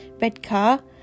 Redcar